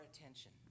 attention